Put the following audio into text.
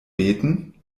beten